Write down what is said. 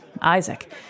Isaac